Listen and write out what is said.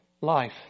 life